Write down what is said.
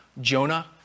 Jonah